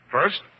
First